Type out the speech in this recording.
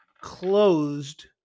closed